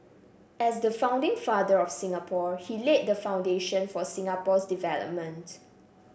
as the founding father of Singapore he laid the foundation for Singapore's development